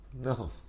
No